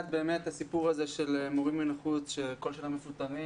הסיפור הזה של מורים מן החוץ שבכל שנה מפוטרים,